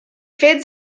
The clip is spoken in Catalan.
fets